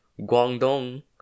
Guangdong